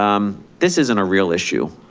um this isn't a real issue.